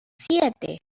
siete